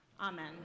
Amen